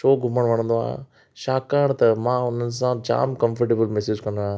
छो घुमणु वणंदो आहे छाकाणि त मां हुननि सां जामु कमफर्टेबल महिसूसु कंदो आहियां